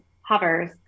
hovers